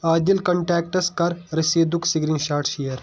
Adil contacts کَر رسیٖدُک screenshot share